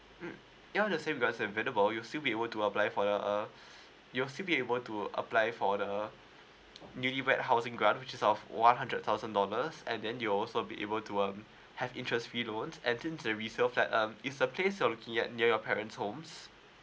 mm ya the same guys available you still be able to apply for the uh you're still be able to apply for the newly rehousing grant which is of one hundred thousand dollars and then you also be able to um have interest free loans and since the reserved flat um it's a place you're looking at near your parents homes